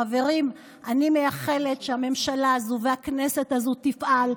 חברים, אני מאחלת שהממשלה הזו והכנסת הזאת יפעלו.